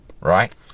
right